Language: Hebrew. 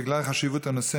בגלל חשיבות הנושא,